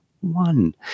One